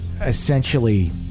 essentially